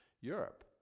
Europe